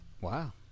Wow